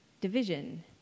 division